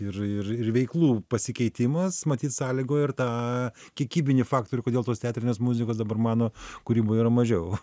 ir ir ir veiklų pasikeitimas matyt sąlygojo ir tą kiekybinį faktorių kodėl tos teatrinės muzikos dabar mano kūryboje yra mažiau